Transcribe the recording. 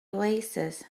oasis